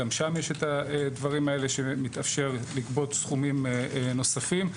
גם שם יש את הדברים האלה שמתאפשר לגבות סכומים נוספים.